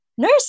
nurse